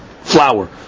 flour